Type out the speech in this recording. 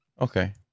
okay